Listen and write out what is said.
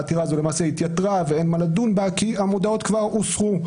העתירה הזו למעשה התייתרה ואין מה לדון בה כי המודעות כבר הוסרו.